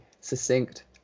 succinct